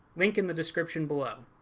link in the description below.